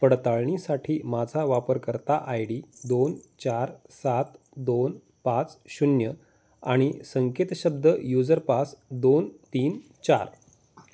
पडताळणीसाठी माझा वापरकर्ता आय डी दोन चार सात दोन पाच शून्य आणि संकेत शब्द युजर पास दोन तीन चार